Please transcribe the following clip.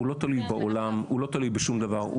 הוא לא תלוי בעולם, הוא לא תלוי בשום דבר.